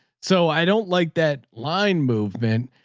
so i don't like that line movement.